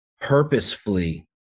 purposefully